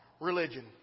religion